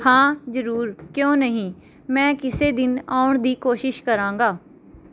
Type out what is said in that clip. ਹਾਂ ਜ਼ਰੂਰ ਕਿਉਂ ਨਹੀਂ ਮੈਂ ਕਿਸੇ ਦਿਨ ਆਉਣ ਦੀ ਕੋਸ਼ਿਸ਼ ਕਰਾਂਗਾ